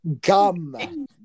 gum